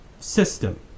system